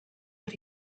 but